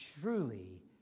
truly